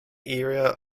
era